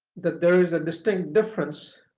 that there is a distinct difference